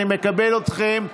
אני מקדם אתכם בברכה.